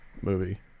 movie